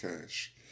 cash